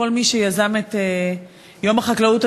כל מי שיזם את יום החקלאות,